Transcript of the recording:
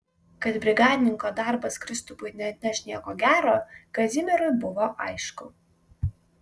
kad brigadininko darbas kristupui neatneš nieko gero kazimierui buvo aišku